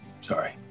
Sorry